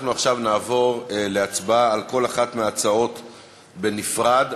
עכשיו נעבור להצבעה על כל אחת מההצעות בנפרד.